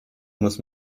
muss